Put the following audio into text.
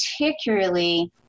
particularly